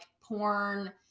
porn